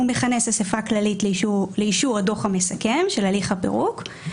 הוא מכנס אסיפה כללית לאישור הדוח המסכם של הליך הפירוק.